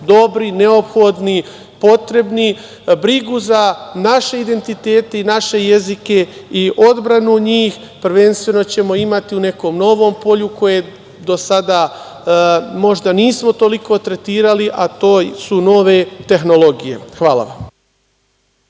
dobri, neophodni, potrebni, brigu za naše identitete i naše jezike i odbranu njih, prvenstveno ćemo imati u nekom novom polju koje do sada možda nismo toliko tretirali, a to su nove tehnologije. Hvala vam.